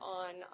on